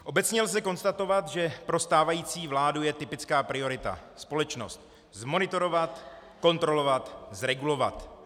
Obecně lze konstatovat, že pro stávající vládu je typická priorita: společnost zmonitorovat, kontrolovat, zregulovat.